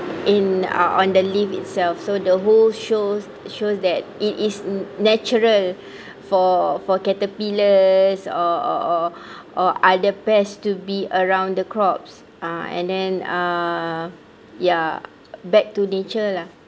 in uh on the leaf itself so the holes shows shows that it is natural for for caterpillars or or or are the best to be around the crops uh and then uh ya back to nature lah